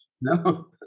no